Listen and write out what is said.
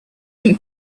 him